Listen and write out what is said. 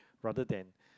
rather than